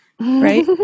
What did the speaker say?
right